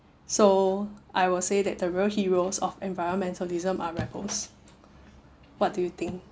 so I will say that the real heroes of environmentalism are rebels what do you think